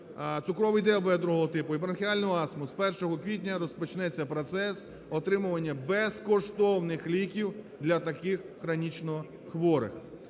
цукровий діабет другого типу і бронхіальну астму – з 1 квітня розпочнеться процес отримування безкоштовних ліків для таких хронічно хворих.